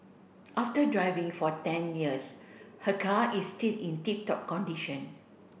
after driving for ten years her car is still in tip top condition